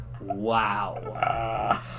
Wow